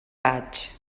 vaig